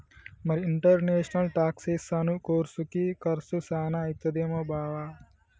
మరి ఇంటర్నేషనల్ టాక్సెసను కోర్సుకి కర్సు సాన అయితదేమో బావా